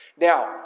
Now